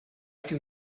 can